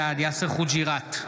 בעד יאסר חוג'יראת,